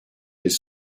his